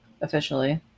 officially